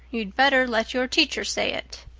you'd better let your teacher say it.